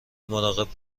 مراقب